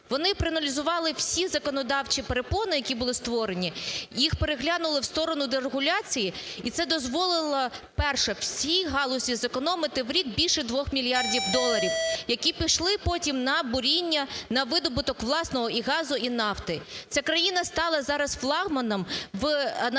Вони проаналізували всі законодавчі перепони, які були створені, їх переглянули в сторону дерегуляції, і це дозволило, перше, всій галузі зекономити в рік більше 2 мільярдів доларів, які пішли потім на буріння, на видобуток власного і газу, і нафти. Ця країна стала зараз флагманом на